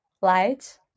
Light